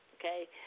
okay